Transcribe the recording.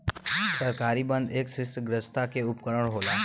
सरकारी बन्ध एक ऋणग्रस्तता के उपकरण होला